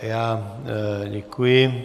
Já děkuji.